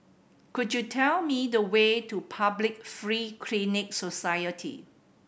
could you tell me the way to Public Free Clinic Society